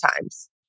times